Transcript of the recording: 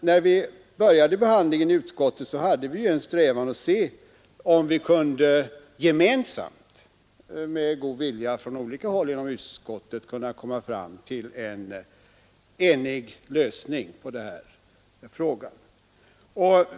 När vi började behandlingen i utskottet hade vi en strävan att se om vi gemensamt, med god vilja från olika håll inom utskottet, kunde komma fram till en enhällig lösning av den här frågan.